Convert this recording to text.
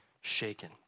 shaken